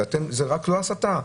רק שזאת לא הסתה,